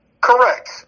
Correct